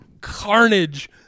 carnage